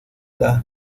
las